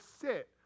sit